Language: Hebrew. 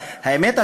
האמת,